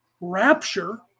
rapture